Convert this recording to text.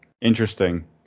interesting